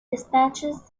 dispatches